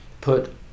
put